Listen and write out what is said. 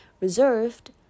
reserved